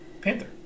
Panther